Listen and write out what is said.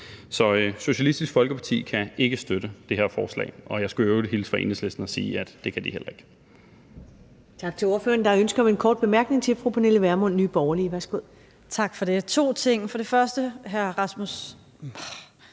Så Socialistisk Folkeparti kan ikke støtte det her forslag, og jeg skulle i øvrigt hilse fra Enhedslisten og sige, at det kan de heller ikke.